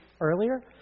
earlier